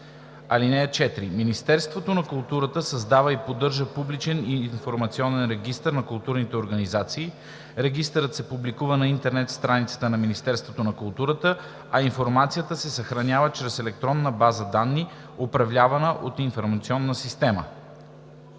„(4) Министерството на културата създава и поддържа публичен информационен регистър на културните организации. Регистърът се публикува на интернет страницата на Министерството на културата, а информацията се съхранява чрез електронна база данни, управлявана от информационна система.